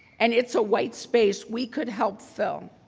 and it's a white space we could help fill.